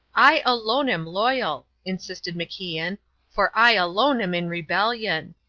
i alone am loyal, insisted macian for i alone am in rebellion.